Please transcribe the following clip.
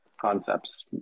concepts